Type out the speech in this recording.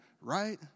Right